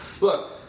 look